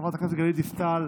חברת כנסת גלית דיסטל,